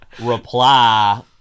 reply